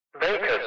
Baker